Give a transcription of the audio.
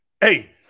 hey